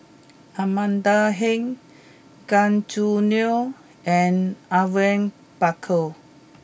Amanda Heng Gan Choo Neo and Awang Bakar